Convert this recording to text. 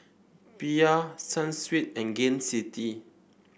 Bia Sunsweet and Gain City